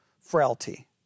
frailty